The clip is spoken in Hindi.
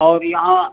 और यहाँ